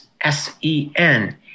S-E-N